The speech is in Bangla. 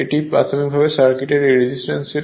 এটি প্রাথমিকভাবে সার্কিটে এই রেজিস্ট্যান্স ছিল